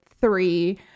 three